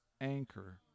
anchor